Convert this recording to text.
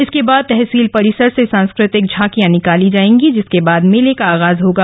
इसके बाद तहसील परिसर से सांस्कृतिक झांकियां निकाली जाएगी जिसके बाद मेले का आगाज होगा